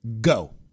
Go